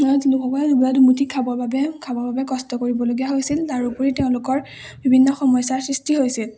লোকসকলে দুবেলা দুমুঠি খাবৰ বাবে খাবৰ বাবে কষ্ট কৰিবলগীয়া হৈছিল তাৰ উপৰি তেওঁলোকৰ বিভিন্ন সমস্যাৰ সৃষ্টি হৈছিল